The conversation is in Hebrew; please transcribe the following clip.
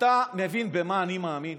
אתה מבין במה אני מאמין?